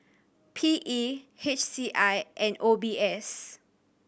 P E H C I and O B S